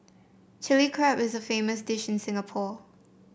Chilli Crab is a famous dish in Singapore